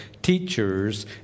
teachers